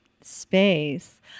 space